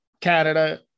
Canada